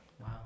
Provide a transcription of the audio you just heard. Wow